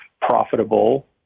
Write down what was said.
profitable